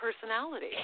personality